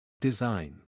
Design